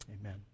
Amen